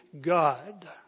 God